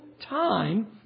time